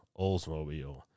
Oldsmobile